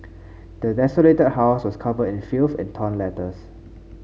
the desolated house was covered in filth and torn letters